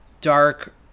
dark